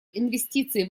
инвестиций